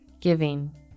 giving